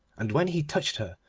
and when he touched her,